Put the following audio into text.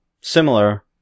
similar